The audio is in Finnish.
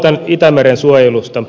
aloitan itämeren suojelusta